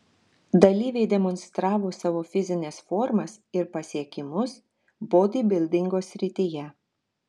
dalyviai demonstravo savo fizines formas ir pasiekimus bodybildingo srityje